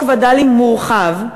חוק וד"לים מורחב,